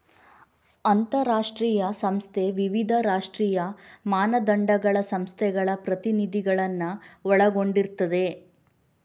ಅಂತಾರಾಷ್ಟ್ರೀಯ ಸಂಸ್ಥೆ ವಿವಿಧ ರಾಷ್ಟ್ರೀಯ ಮಾನದಂಡಗಳ ಸಂಸ್ಥೆಗಳ ಪ್ರತಿನಿಧಿಗಳನ್ನ ಒಳಗೊಂಡಿರ್ತದೆ